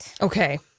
Okay